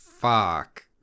fuck